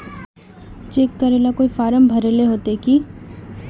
Cheque करेला कोई form भरेले होते की?